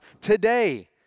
today